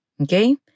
Okay